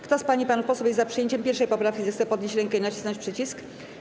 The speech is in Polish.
Kto z pań i panów posłów jest za przyjęciem 1. poprawki, zechce podnieść rękę i nacisnąć przycisk.